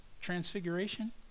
transfiguration